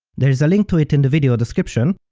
there is a link to it in the video description,